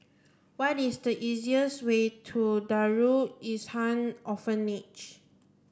what is the easiest way to Darul Ihsan Orphanage